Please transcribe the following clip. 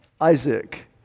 Isaac